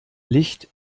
licht